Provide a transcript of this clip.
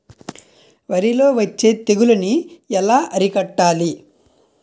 వరిలో వచ్చే తెగులని ఏలా అరికట్టాలి?